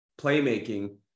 playmaking